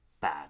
bad